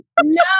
no